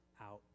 out